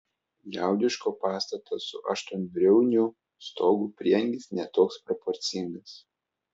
liaudiško pastato su aštuonbriauniu stogu prieangis ne toks proporcingas